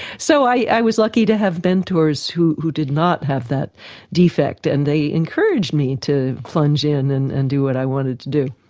so i was lucky to have mentors who who did not have that defect and they encouraged me to plunge in and and do what i wanted to do.